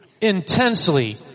intensely